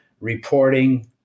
reporting